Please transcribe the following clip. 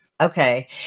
okay